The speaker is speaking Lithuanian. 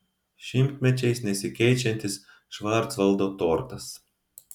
šimtmečiais nesikeičiantis švarcvaldo tortas